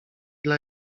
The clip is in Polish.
dla